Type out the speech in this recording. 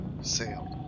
sailed